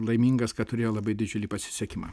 laimingas kad turėjo labai didžiulį pasisekimą